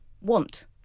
want